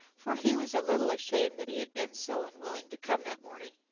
for he was a little ashamed that he had been so unwilling to come that morning.